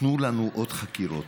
תנו לנו עוד חקירות,